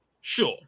Sure